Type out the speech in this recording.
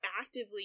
actively